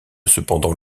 cependant